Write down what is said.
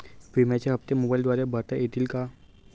विम्याचे हप्ते मोबाइलद्वारे भरता येतील का?